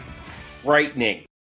frightening